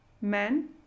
men